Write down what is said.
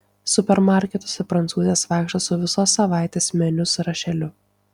supermarketuose prancūzės vaikšto su visos savaitės meniu sąrašėliu